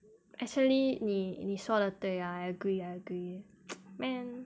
actually 你你说得对 lah I agree I agree man